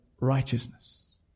righteousness